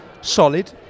Solid